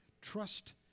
Trust